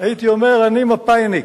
הייתי אומר: אני מפא"יניק,